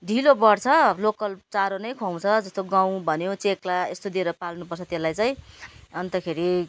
ढिलो बढ्छ लोकल चारो नै खुवाउँछ जस्तो गहुँ भन्यो च्याँख्ला यस्तो दिएर पाल्नु पर्छ त्यसलाई चाहिँ अन्तखेरि